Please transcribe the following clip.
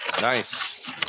Nice